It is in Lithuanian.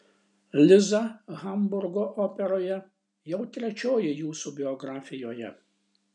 liza hamburgo operoje jau trečioji jūsų biografijoje